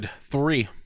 Three